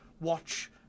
watch